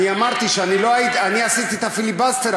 אני אמרתי שאני עשיתי את הפיליבסטר,